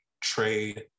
trade